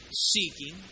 seeking